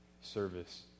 Service